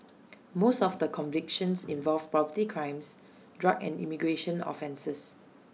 most of the convictions involved property crimes drug and immigration offences